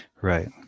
right